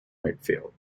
midfield